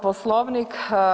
Poslovnik.